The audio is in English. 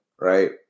Right